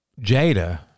Jada